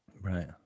Right